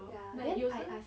ya then I ask